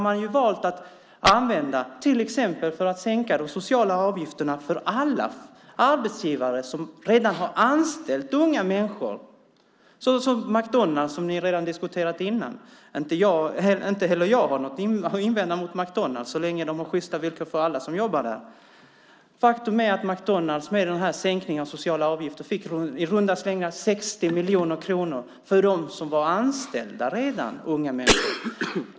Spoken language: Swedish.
Man har valt att använda pengarna för att till exempel sänka de sociala avgifterna för alla arbetsgivare som redan har anställt unga människor, till exempel McDonalds - som ni redan har diskuterat. Inte heller jag har något att invända mot McDonalds så länge det är sjysta villkor för alla som jobbar där. Faktum är att McDonalds med sänkningen av de sociala avgifterna fick i runda slängar 60 miljoner för dem som redan var anställda - unga människor.